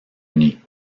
uni